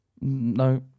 No